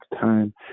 time